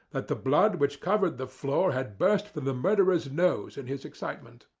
that the blood which covered the floor had burst from the murderer's nose in his excitement.